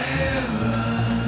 heaven